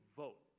vote